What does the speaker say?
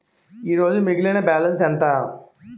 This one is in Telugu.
ఈరోజు మిగిలిన బ్యాలెన్స్ ఎంత?